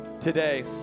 today